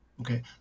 Okay